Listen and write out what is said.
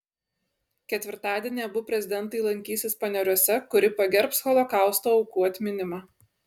ketvirtadienį abu prezidentai lankysis paneriuose kuri pagerbs holokausto aukų atminimą